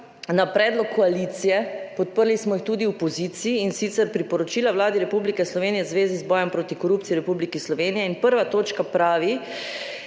na predlog koalicije, podprli smo jih tudi v opoziciji, in sicer Priporočila Vladi Republike Slovenije v zvezi z bojem proti korupciji v Republiki Sloveniji in 1. točka pravi,